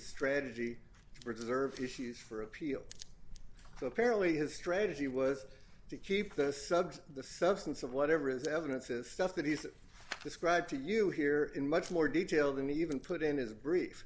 strategy reserved issues for appeal so apparently his strategy was to keep the subject the substance of whatever the evidence is stuff that he's described to you here in much more detail than even put in his brief